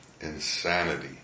insanity